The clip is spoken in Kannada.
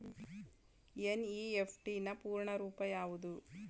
ಎನ್.ಇ.ಎಫ್.ಟಿ ನ ಪೂರ್ಣ ರೂಪ ಯಾವುದು?